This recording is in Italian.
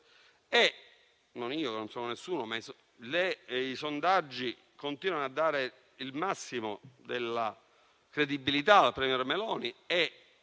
ma i sondaggi continuano a dare il massimo della credibilità alla *Premier* Meloni e